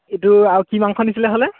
এইটো আৰু কি মাংস নিছিলে হ'লে